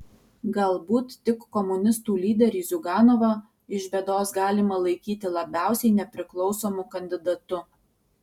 galbūt tik komunistų lyderį ziuganovą iš bėdos galima laikyti labiausiai nepriklausomu kandidatu